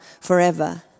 forever